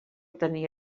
tenir